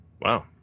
Wow